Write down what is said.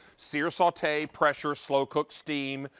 seer, saute, pressure, slow cook, steam.